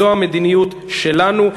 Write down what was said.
זו המדיניות שלנו,